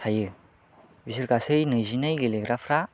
थायो बिसोर गासै नैजि नै गेलेग्राफ्रा